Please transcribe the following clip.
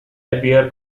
appear